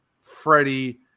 Freddie